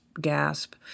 gasp